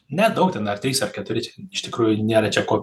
nedaug ten ar trys keturi čia iš tikrųjų nėra čia ko